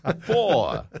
Four